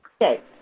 Okay